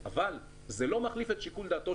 זה אחד הפרמטרים שתרמו לעליית